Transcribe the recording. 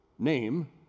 name